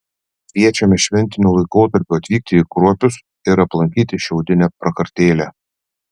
kviečiame šventiniu laikotarpiu atvykti į kruopius ir aplankyti šiaudinę prakartėlę